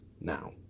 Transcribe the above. Now